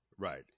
Right